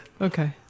Okay